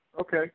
Okay